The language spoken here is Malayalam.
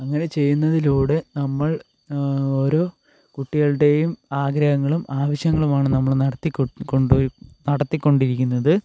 അങ്ങനെ ചെയ്യുന്നതിലൂടെ നമ്മൾ ഓരോ കുട്ടികളുടെയും ആഗ്രഹങ്ങളും ആവശ്യങ്ങളുമാണ് നമ്മൾ നടത്തി കൊ കൊണ്ടോ നടത്തിക്കൊണ്ടിരിക്കുന്നത്